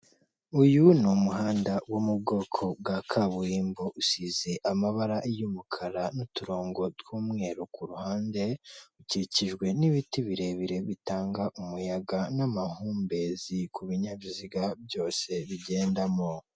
Uyu ni umuhanda wo mu bwoko bwa kaburimbo usize amabara y'umukara n'uturongo tw'umweru ku ruhande, ukikijwe n'ibiti birebire bitanga umuyaga n'amahumbezi ku binyabiziga byose bigendamo.